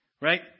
Right